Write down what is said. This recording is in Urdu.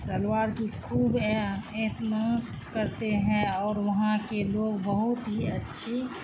شلوار کی خوب اہتناں کرتے ہیں اور وہاں کے لوگ بہت ہی اچھی